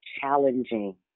challenging